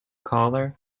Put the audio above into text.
collar